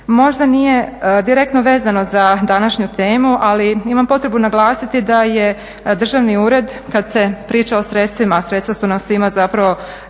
Možda nije direktno vezano za današnju temu, ali imam potrebu naglasiti da je državni ured, kad se priča o sredstvima, a sredstva su nama svima zapravo